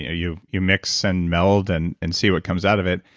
you you mix and meld and and see what comes out of it.